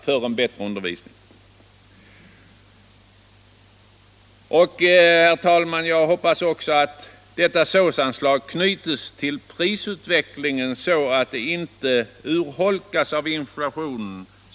Jag hoppas också, herr talman, att anslaget för särskilda stödåtgärder på skolområdet knytes till prisutvecklingen så att det inte urholkas av inflationen.